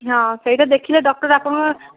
ହଁ ସେଇଟା ଦେଖିଲେ ଡକ୍ଟର ଆପଣଙ୍କୁ